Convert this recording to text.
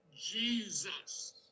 Jesus